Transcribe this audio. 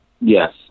Yes